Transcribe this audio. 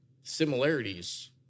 Similarities